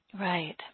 Right